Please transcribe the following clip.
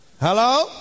Hello